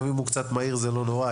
גם אם הוא קצת מהיר זה לא נורא,